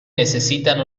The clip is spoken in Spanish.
necesitan